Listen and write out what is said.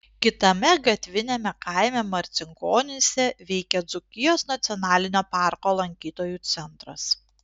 kitame gatviniame kaime marcinkonyse veikia dzūkijos nacionalinio parko lankytojų centras